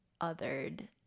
othered